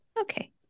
Okay